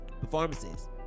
Performances